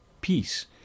peace